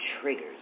triggers